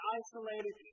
isolated